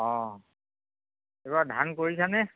অঁ এইবাৰ ধান কৰিছানে